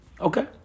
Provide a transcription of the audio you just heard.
Okay